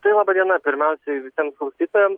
tai laba diena pirmiausiai visiems klausytojams